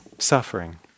suffering